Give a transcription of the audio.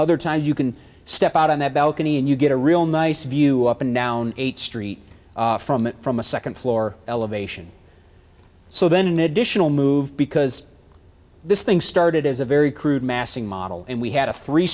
other times you can step out on that balcony and you get a real nice view up and down eight street from it from a second floor elevation so then an additional move because this thing started as a very crude massing model and we had a three